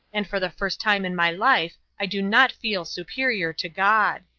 and for the first time in my life i do not feel superior to god.